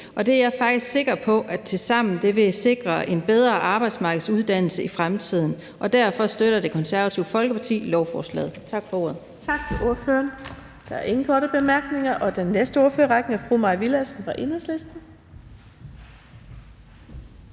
Det er jeg sikker på tilsammen vil sikre en bedre arbejdsmarkedsuddannelse i fremtiden. Derfor støtter Det Konservative Folkeparti lovforslaget.